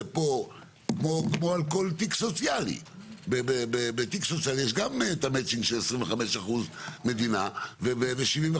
כמו על כל תיק סוציאלי בתיק סוציאלי גם יש מצ'ינג של 25% מדינה ו-75%.